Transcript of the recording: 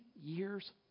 years